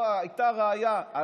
הייתה ראיה.